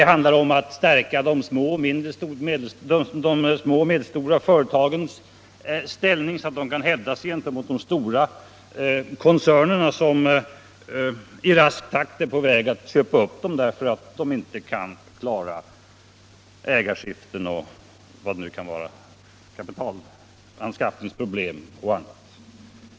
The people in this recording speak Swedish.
Det handlar om att stärka de små och medelstora företagens ställning så att dessa kan hävda sig gentemot de stora koncernerna som i rask takt är på väg att köpa upp dem när de inte kan klara problemen vid ägarskiften och med kapitalanskaffning m.m.